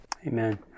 Amen